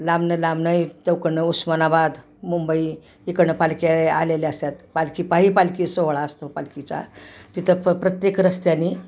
लांबून लांबून चहूकडून उस्मानाबाद मुंबई इकडून पालख्या आलेल्या असतात पालखी पायी पालखी सोहळा असतो पालखीचा तिथं प प्रत्येक रस्त्याने